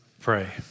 Pray